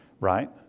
right